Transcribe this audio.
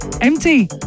Empty